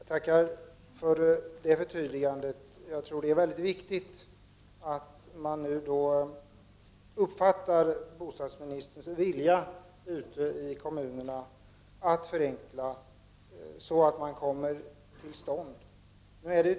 Herr talman! Jag tackar för det förtydligandet. Jag tror att det är mycket viktigt att man ute i kommunerna nu uppfattar bostadsministerns vilja att förenkla, så att förenklingarna kommer till stånd.